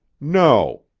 no,